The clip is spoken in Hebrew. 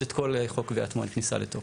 את כל חוק קביעת מועד כניסה לתוקף.